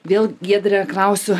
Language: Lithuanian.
vėl giedre klausiu